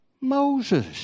Moses